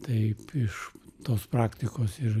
taip iš tos praktikos ir